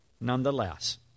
nonetheless